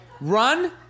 Run